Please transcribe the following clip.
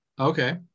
Okay